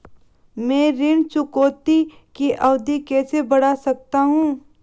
मैं ऋण चुकौती की अवधि कैसे बढ़ा सकता हूं?